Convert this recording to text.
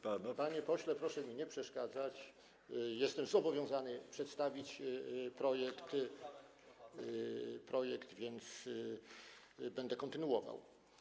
Panie pośle, proszę mi nie przeszkadzać, jestem zobowiązany przedstawić projekt, więc będę kontynuował.